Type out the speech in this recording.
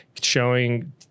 showing